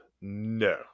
No